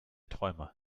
träumer